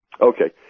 Okay